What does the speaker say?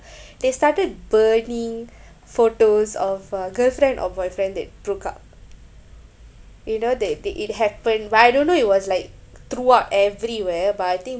they started burning photos of uh girlfriend or boyfriend that broke up you know that that it happened but I don't know it was like throughout everywhere but I think